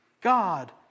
God